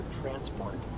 transport